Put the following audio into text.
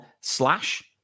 slash